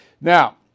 Now